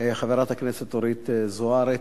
אלינו חברת הכנסת אורית זוארץ,